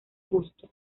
justo